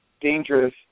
dangerous